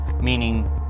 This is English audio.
meaning